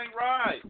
right